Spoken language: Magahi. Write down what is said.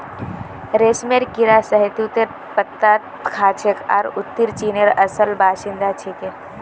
रेशमेर कीड़ा शहतूतेर पत्ता खाछेक आर उत्तरी चीनेर असल बाशिंदा छिके